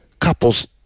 Couples